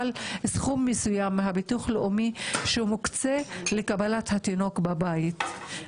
אלא סכום מסוים מהביטוח הלאומי שמוקצה לקבלת התינוק בבית.